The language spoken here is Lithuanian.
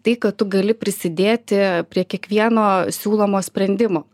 tai kad tu gali prisidėti prie kiekvieno siūlomo sprendimo